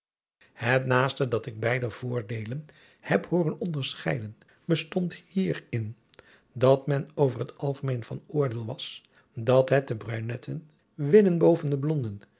et naaste dat ik beider voordeelen heb hooren onderscheiden bestond hierin dat men over t algemeen van oordeel was dat het de bruinetten winnen boven de blonden